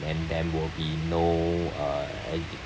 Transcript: then there will be no uh